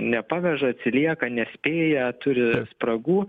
nepaveža atsilieka nespėja turi spragų